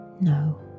no